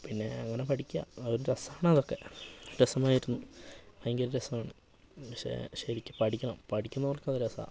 പിന്നേ അങ്ങനെ പഠിക്കാം അതും രസമാണ് അതൊക്കെ രസമായിരുന്നു ഭയങ്കര രസമാണ് പക്ഷേ ശരിക്ക് പഠിക്കണം പഠിക്കുന്നവർക്കു അത് രസമാണ്